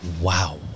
Wow